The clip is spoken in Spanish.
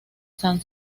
san